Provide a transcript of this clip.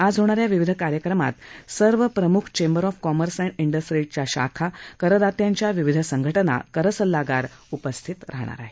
आज होणाऱ्या विविध कार्यक्रमात सर्व प्रमुख चेंबर कॉमर्स एण्ड डिस्ट्रीजच्या शाखा करदात्यांच्या विविध संघटना करसल्लागार उपस्थित राहणार आहेत